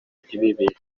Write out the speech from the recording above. ntibibe